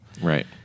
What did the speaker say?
Right